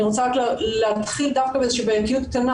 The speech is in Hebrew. אני רוצה רק להתחיל דווקא באיזושהי בעייתיות קטנה.